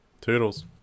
toodles